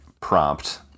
prompt